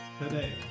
today